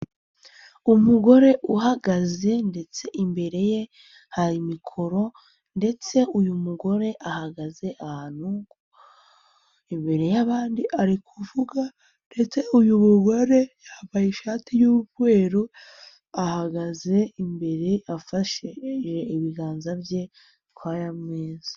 Umugore uhagaze ndetse imbere ye hari mikoro ndetse uyu mugore ahagaze ahantu imbere y'abandi ari kuvuga ndetse uyu mugore yambaye ishati y'umweru, ahagaze imbere afatishije ibiganza bye kuri aya meza.